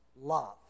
love